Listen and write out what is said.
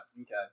Okay